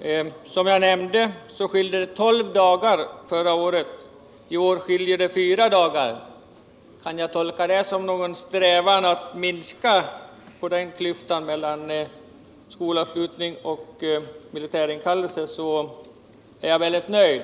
jag lät mycket bra. Som jag nämnde skilde det förra året 12 dagar. I år skiljer det 4 dagar. Kan jag tolka det som ett resultat av någon strävan att minska på klyftan mellan skolavslutning och militärinkallelse är jag mycket nöjd.